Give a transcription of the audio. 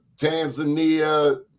tanzania